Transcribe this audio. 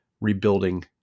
rebuilding